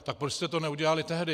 Tak proč jste to neudělali tehdy?